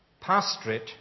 pastorate